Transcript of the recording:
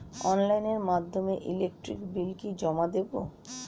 অনলাইনের মাধ্যমে electric bill কি করে জমা দেবো?